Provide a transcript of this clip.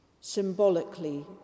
Symbolically